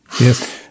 Yes